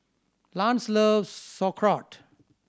Lance loves Sauerkraut